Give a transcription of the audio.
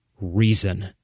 reason